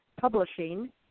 publishing